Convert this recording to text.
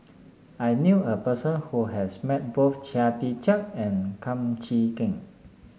I knew a person who has met both Chia Tee Chiak and Kum Chee Kin